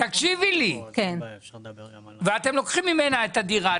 אתם לוקחים ממנה את הדירה.